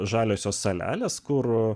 žaliosios salelės kur